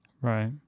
Right